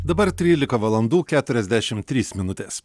dabar trylika valandų keturiasdešimt trys minutės